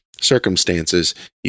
circumstances